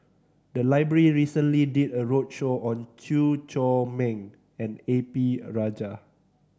the library recently did a roadshow on Chew Chor Meng and A P Rajah